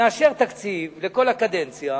נאשר תקציב לכל הקדנציה,